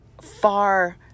far